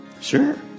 Sure